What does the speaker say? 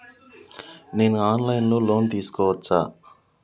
నేను online లో loan తీసుకోవచ్చా?